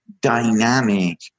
dynamic